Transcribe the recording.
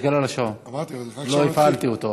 תסתכל על השעון, עוד לא הפעלתי אותו.